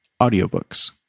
audiobooks